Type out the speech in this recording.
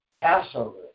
Passover